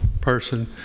person